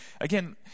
Again